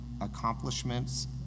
accomplishments